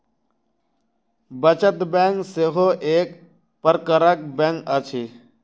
बचत बैंक सेहो एक प्रकारक बैंक अछि